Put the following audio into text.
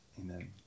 amen